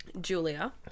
Julia